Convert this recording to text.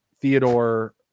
Theodore –